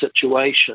situation